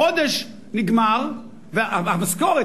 החודש נגמר והמשכורת,